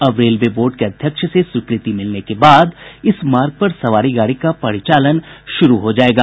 अब railway board के अध्यक्ष से स्वीकृति मिलने के बाद इस मार्ग पर सवारी गाड़ी का परिचालन शुरू हो जायेगा